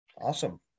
Awesome